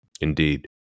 indeed